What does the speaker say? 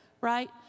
right